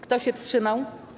Kto się wstrzymał?